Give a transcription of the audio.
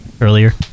earlier